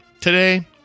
today